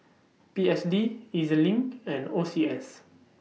P S D E Z LINK and O C S